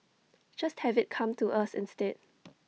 just have IT come to us instead